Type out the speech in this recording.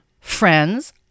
friends